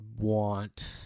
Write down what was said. want